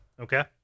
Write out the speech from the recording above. Okay